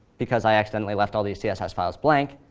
because i accidentally left all the css files blank,